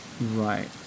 Right